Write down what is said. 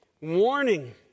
warning